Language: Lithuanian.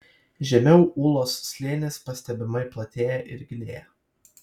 žemiau ūlos slėnis pastebimai platėja ir gilėja